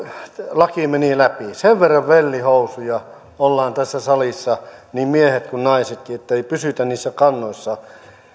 laki meni läpi sen verran vellihousuja ollaan tässä salissa niin miehet kuin naisetkin ettei pysytä niissä kannoissa